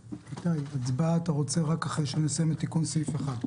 אתה רוצה הצבעה רק אחרי שנסיים את כל סעיף 1?